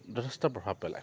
যথেষ্ট প্ৰভাৱ পেলায়